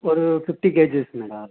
ஒரு fifty kgs madam அதில்